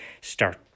start